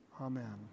Amen